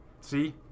See